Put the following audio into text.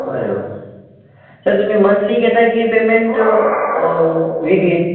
अरे वा सर तुम्ही मंथली घेता की पेमेंट विकली